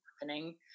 happening